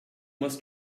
might